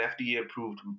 FDA-approved